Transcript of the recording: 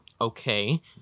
okay